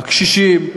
הקשישים,